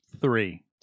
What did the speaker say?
Three